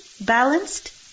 balanced